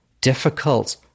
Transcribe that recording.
difficult